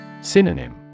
Synonym